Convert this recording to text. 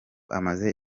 amaze